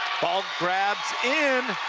ball grabs in.